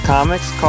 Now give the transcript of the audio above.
Comics